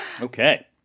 Okay